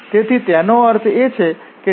તેથી તેનો અર્થ એ છે કે F3∂yF2∂z